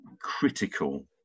critical